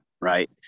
right